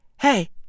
hey